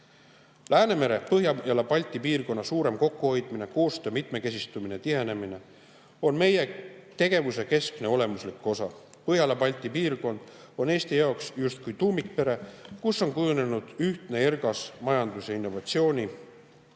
Läänemere Põhjala-Balti piirkonna suurem kokkuhoidmine, koostöö mitmekesistumine ja tihenemine on meie tegevuse keskne olemuslik osa. Põhjala-Balti piirkond on Eesti jaoks justkui tuumikpere, kus on kujunenud ühtne ergas majandus‑ ja innovatsiooniruum.